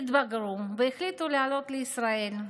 התבגרו והחליטו לעלות לישראל.